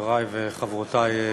חברי וחברותי,